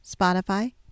Spotify